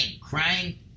Crying